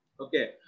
Okay